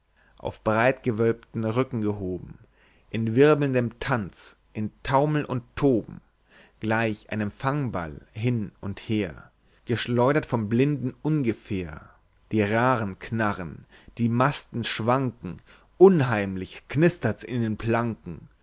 auf breitgewölbten rücken gehoben in wirbelndem tanz in taumel und toben gleich einem fangball hin und her geschleudert vom blinden ungefähr die raaen knarren die masten schwanken unheimlich knistert's in den planken